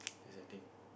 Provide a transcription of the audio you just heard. that's the thing